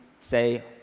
say